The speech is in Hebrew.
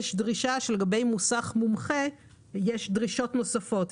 יש דרישה שלגבי מוסך מומחה, יש דרישות נוספות.